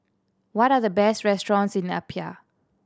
what are the best restaurants in Apia